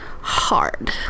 hard